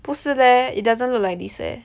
不是 leh it doesn't look like this leh